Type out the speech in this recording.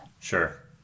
Sure